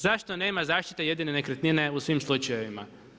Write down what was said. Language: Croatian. Zašto nema zaštite jedine nekretnine u svim slučajevima?